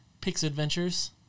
pixadventures